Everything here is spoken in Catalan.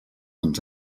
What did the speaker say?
ens